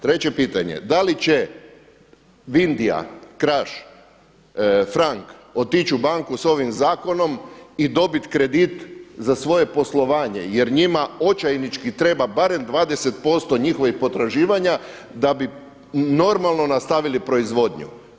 Treće pitanje, da li će Vindija, Kraš, Frank otići u banku sa ovim zakonom i dobiti kredit za svoje poslovanje jer njima očajnički treba barem 20% njihovih potraživanja da bi normalno nastavili proizvodnju.